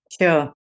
Sure